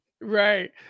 Right